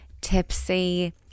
tipsy